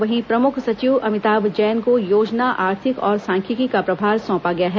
वहीं प्रमुख सचिव अमिताभ जैन को योजना आर्थिक और सांख्यिकी का प्रभार सौंपा गया है